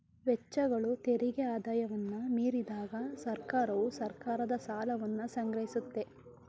ವೆಚ್ಚಗಳು ತೆರಿಗೆ ಆದಾಯವನ್ನ ಮೀರಿದಾಗ ಸರ್ಕಾರವು ಸರ್ಕಾರದ ಸಾಲವನ್ನ ಸಂಗ್ರಹಿಸುತ್ತೆ